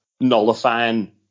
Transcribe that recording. nullifying